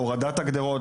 הורדת הגדרות,